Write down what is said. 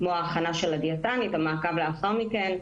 כמו ההכנה של הדיאטנית והמעקב לאחר מכן.